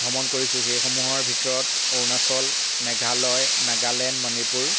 ভ্ৰমণ কৰিছোঁ সেইসমূহৰ ভিতৰত অৰুণাচল মেঘালয় নাগালেণ্ড মণিপুৰ